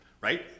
right